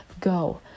go